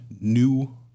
new